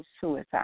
suicide